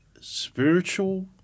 spiritual